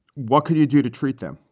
what could you do to treat them?